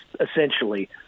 essentially